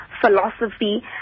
philosophy